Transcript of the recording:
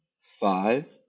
five